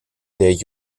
der